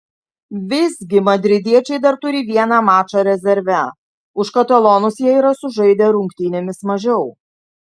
visgi madridiečiai dar turi vieną mačą rezerve už katalonus jie yra sužaidę rungtynėmis mažiau